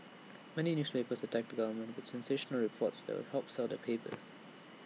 many newspapers attack the government with sensational reports that help sell their papers